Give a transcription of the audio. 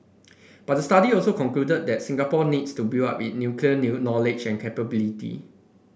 but the study also concluded that Singapore needs to build up it nuclear knowledge and capability